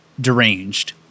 deranged